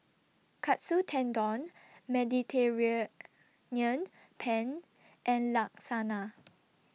Katsu Tendon Mediterranean Penne and Lasagne